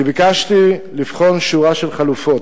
ביקשתי לבחון שורה של חלופות,